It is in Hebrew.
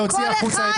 להוציא החוצה את